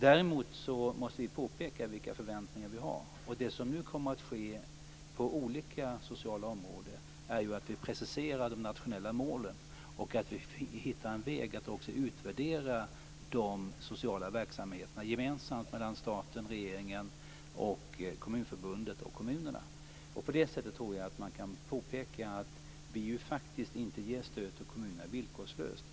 Däremot måste vi påpeka vilka förväntningar vi har, och det som nu kommer att ske på olika sociala områden är ju att vi preciserar de nationella målen och hittar en väg att också utvärdera de sociala verksamheterna gemensamt mellan staten och regeringen samt Kommunförbundet och kommunerna. På det sättet tror jag att man kan påpeka att vi faktiskt inte ger stödet till kommunerna villkorslöst.